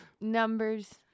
numbers